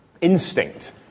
instinct